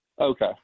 okay